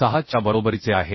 16 च्या बरोबरीचे आहे